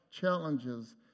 challenges